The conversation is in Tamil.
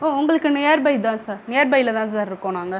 ம் உங்களுக்கு நியர்பை தான் சார் நியர்பையில் தான் சார் இருக்கோம் நாங்கள்